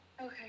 Okay